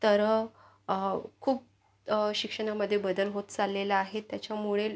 तर खूप शिक्षणामध्ये बदल होत चाललेला आहे त्याच्यामुळे